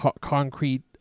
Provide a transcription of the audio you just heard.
concrete